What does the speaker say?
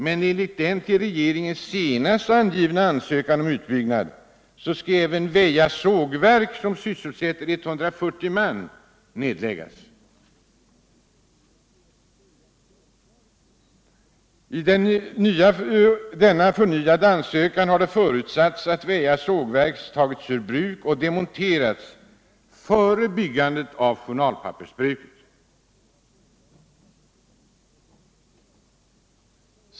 Men enligt den till regeringen senast ingivna ansökan om utbyggnad skall även Väja sågverk, som sysselsätter 140 man, läggas ned. I denna förnyade ansökan har det nämligen förutsatts att Väja sågverk tagits ur bruk och demonterats före byggandet av journalpappersbruket.